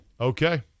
Okay